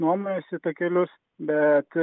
nuomojasi takelius bet